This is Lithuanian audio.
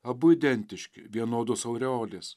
abu identiški vienodos aureolės